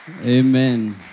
Amen